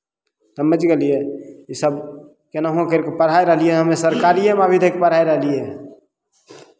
समझि गेलियै इसभ केनाहु करि कऽ पढ़ाय रहलियै हमे सरकारिएमे अभी तक पढ़ाय रहलियै हन